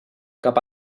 cap